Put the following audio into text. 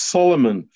Solomon